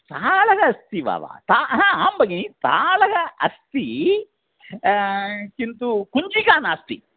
तालः अस्ति वा वा ता हा आं भगिनि तालः अस्ति किन्तु कुञ्चिका नास्ति